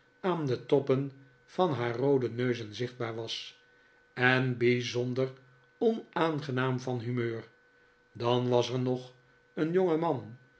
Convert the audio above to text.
aan de toppen van haar roode neuzen zichtbaar was en bijzonder onaangenaam van humeur dan was er nog een jongeman